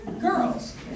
Girls